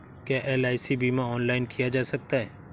क्या एल.आई.सी बीमा ऑनलाइन किया जा सकता है?